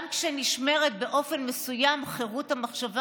וגם כשנשמרת באופן מסוים חירות המחשבה